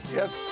yes